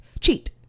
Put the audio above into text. Cheat